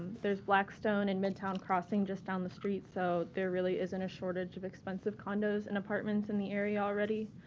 there's blackstone and midtown crossing just down the street. so there really isn't a shortage of expensive condos and apartments in the area already.